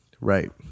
Right